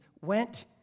went